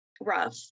rough